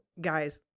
guys